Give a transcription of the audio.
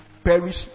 perish